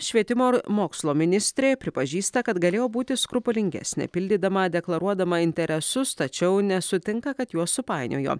švietimo ir mokslo ministrė pripažįsta kad galėjo būti skrupulingesnė pildydama deklaruodama interesus tačiau nesutinka kad juos supainiojo